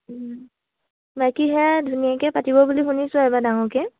বাকী সেয়া ধুনীয়াকে পাতিব বুলি শুনিছোঁ এবাৰ ডাঙৰকে